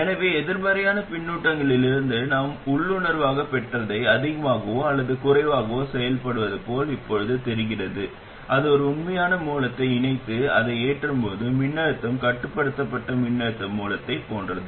எனவே எதிர்மறையான பின்னூட்டங்களிலிருந்து நாம் உள்ளுணர்வாகப் பெற்றதை அதிகமாகவோ அல்லது குறைவாகவோ செயல்படுவது போல் இப்போது தெரிகிறது அது ஒரு உண்மையான மூலத்தை இணைத்து அதை ஏற்றும்போது மின்னழுத்தம் கட்டுப்படுத்தப்பட்ட மின்னழுத்த மூலத்தைப் போன்றது